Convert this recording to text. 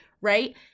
right